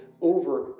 over